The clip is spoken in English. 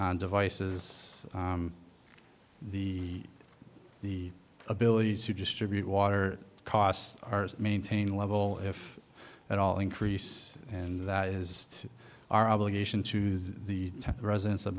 on devices the the ability to distribute water cost r s maintain level if at all increase and that is our obligation to use the residents of